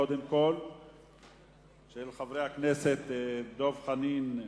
קודם כול של חברי הכנסת דב חנין,